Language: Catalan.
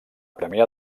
premià